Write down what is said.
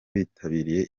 bitabiriye